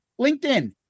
LinkedIn